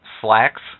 slacks